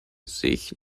sich